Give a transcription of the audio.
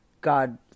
God